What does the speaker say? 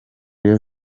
rayon